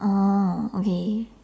oh okay